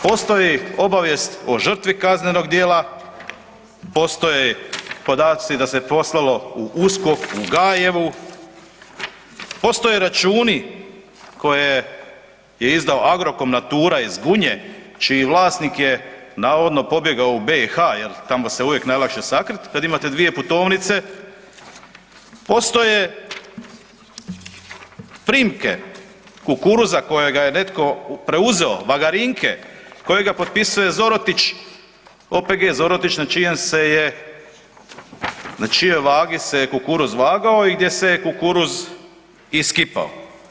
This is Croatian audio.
Postoji obavijest o žrtvi kaznenog djela, postoje podaci da se poslalo u USKOK u Gajevu, postoje računi koje je izdao Agrokom Natura iz Gunje čiji vlasnik je navodno pobjegao u BiH jer tamo se uvijek najlakše sakrit kad imate dvije putovnice, postoje primke kukuruza kojega je netko preuzeo, bagarinke, kojega potpisuje Zorotić, OPG Zorotić na čijoj vagi se kukuruz vagao i gdje se kukuruz iskipao.